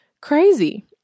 crazy